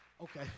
Okay